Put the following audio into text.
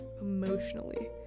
emotionally